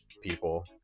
people